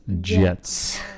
Jets